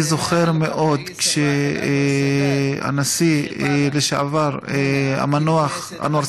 אני זוכר היטב כשהנשיא לשעבר המנוח אנואר